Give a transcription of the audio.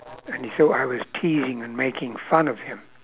and he thought I was teasing and making fun of him